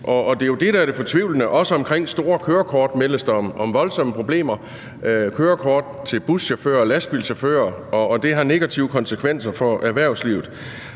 jo det, der er det fortvivlende. Også omkring store kørekort meldes der om voldsomme problemer – kørekort til buschauffører og til lastbilchauffører – og det har negative konsekvenser for erhvervslivet.